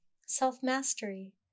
self-mastery